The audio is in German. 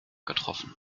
getroffen